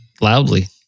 loudly